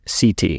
CT